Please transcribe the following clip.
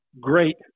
great